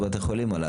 עוד בתי חולים.